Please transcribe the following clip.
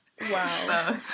Wow